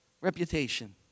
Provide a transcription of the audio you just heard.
reputation